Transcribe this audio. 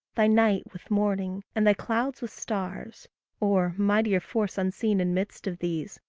thy night with morning, and thy clouds with stars or, mightier force unseen in midst of these,